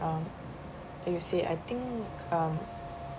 um eh you say I think um